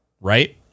right